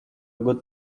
good